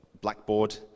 blackboard